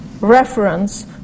reference